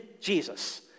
Jesus